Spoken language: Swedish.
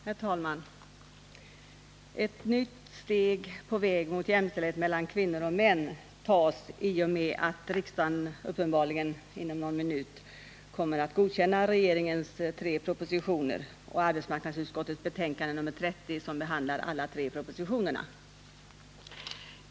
Herr talman! Ett nytt steg på vägen mot jämställdhet mellan kvinnor och män tas i och med att riksdagen, uppenbarligen inom någon minut. kommer att godkänna regeringens tre propositioner och arbetsmarknadsutskottets betänkande nr 30, som behandlar alla tre propositionerna.